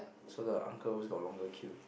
so the uncle always got longer queue